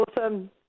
Awesome